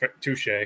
Touche